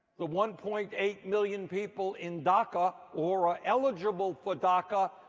the one point eight million people in daca or eligible for daca.